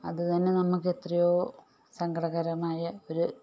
അത് തന്നെ നമുക്ക് എത്രയോ സങ്കടകരമായ ഒരു